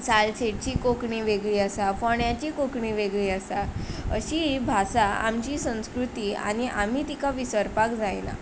सालसेतची कोंकणी वेगळी आसा फोंडेची कोंकणी वेगळी आसा अशें ही भाशा आमची संस्कृती आनी आमी तिका विसरपाक जायना